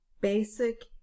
basic